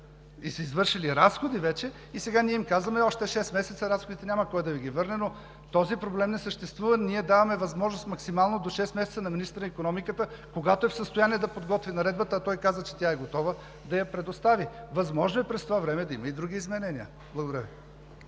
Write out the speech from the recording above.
са извършили разходи и сега ние им казваме: още шест месеца разходите няма кой да Ви ги върне, но този проблем не съществува. Ние даваме възможност максимално, до шест месеца, на министъра на икономиката, когато е в състояние да подготви наредбата и да я предостави, а той каза, че тя е готова. Възможно е през това време да има и други изменения. Благодаря Ви.